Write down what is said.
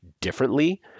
differently